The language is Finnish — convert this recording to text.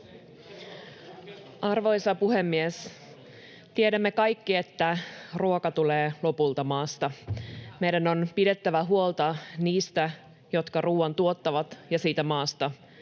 Arvoisa puhemies! Tiedämme kaikki, että ruoka tulee lopulta maasta. Meidän on pidettävä huolta niistä, jotka ruuan tuottavat, ja siitä maasta,